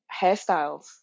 hairstyles